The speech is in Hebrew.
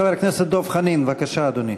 חבר הכנסת דב חנין, בבקשה, אדוני.